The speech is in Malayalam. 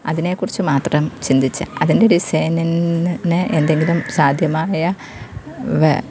അതിനെക്കുറിച്ച് മാത്രം ചിന്തിച്ച് അതിൻ്റെ ഡിസൈനിനെ എന്തെങ്കിലും സാധ്യമായ